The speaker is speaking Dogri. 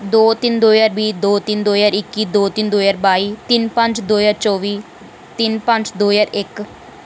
दो तिन्न दो ज्हार बीऽ दो तिन्न दो ज्हार इक्की दो तिन्न दो ज्हार बाई तिन्न पंज दो ज्हार चौह्बी तिन्न पंज दो ज्हार इक